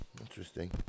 Interesting